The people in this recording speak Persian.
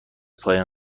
پایان